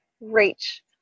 reach